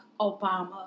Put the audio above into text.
Obama